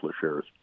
shares